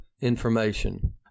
information